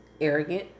arrogant